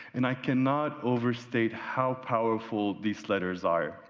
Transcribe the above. and, i cannot overstate how powerful these letters are.